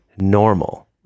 normal